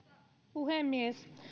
puhemies